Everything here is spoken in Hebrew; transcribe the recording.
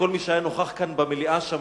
כל מי שנכח כאן במליאה שמע.